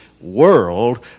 world